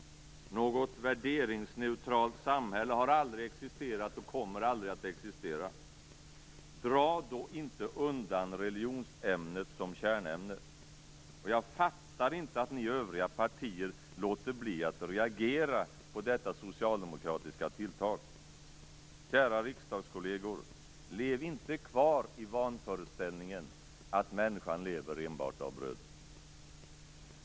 Något värderingsneutralt samhälle har aldrig existerat och kommer aldrig att existera. Dra då inte undan religionsämnet som kärnämne! Jag fattar inte att ni övriga partier låter bli att reagera på detta socialdemokratiska tilltag. Kära riksdagskolleger! Lev inte kvar i vanföreställningen att människan lever enbart av bröd!